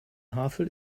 havel